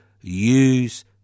use